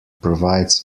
provides